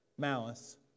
malice